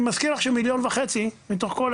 אני מזכיר לך ש-1.5 מיליון מתוך כל